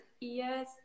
Yes